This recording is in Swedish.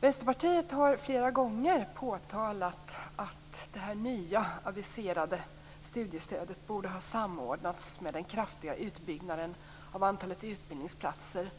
Vänsterpartiet har flera gånger påtalat att det nya aviserade studiestödet borde ha samordnats med den kraftiga utbyggnaden av antalet utbildningsplatser,